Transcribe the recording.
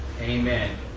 Amen